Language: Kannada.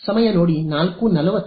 ಸಮಯ ನೋಡಿ 0440